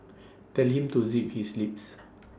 tell him to zip his lips